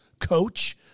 coach